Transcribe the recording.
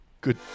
Good